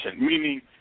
meaning